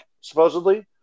supposedly